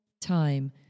time